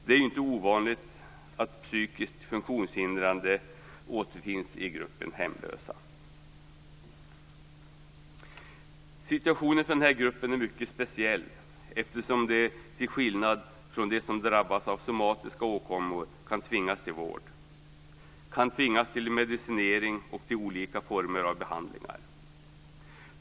Det är inte ovanligt att psykiskt funktionshindrade återfinns i gruppen hemlösa. Situationen för den här gruppen är mycket speciell eftersom de här personerna, till skillnad från dem som drabbas av somatiska åkommor, kan tvingas till vård och kan tvingas till medicinering och till olika former av behandling.